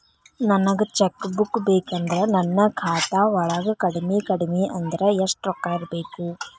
ನನಗ cheque book ಬೇಕಂದ್ರ ನನ್ನ ಖಾತಾ ವಳಗ ಕಡಮಿ ಕಡಮಿ ಅಂದ್ರ ಯೆಷ್ಟ್ ರೊಕ್ಕ ಇರ್ಬೆಕು?